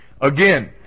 again